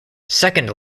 second